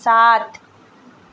सात